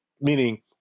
meaning